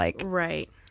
Right